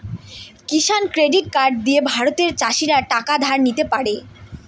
কিষান credit card দিয়ে ভারতের চাষীরা টাকা ধার নিতে পারে